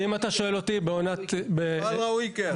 זאת אומרת, כמו שאני דן עכשיו, מישהו דן?